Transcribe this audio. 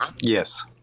yes